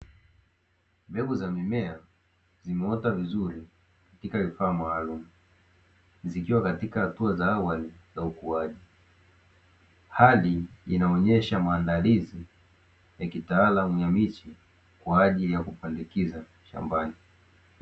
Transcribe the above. Mbegu za mimea zimeota vizuri katika vifaa maalumu, zikiwa katika hatua za awali za ukuaji hali inayoonyesha maandalizi ya kitaalamu ya miche kwa ajili ya kuoandikiza shambani.